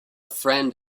friend